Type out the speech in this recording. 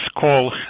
call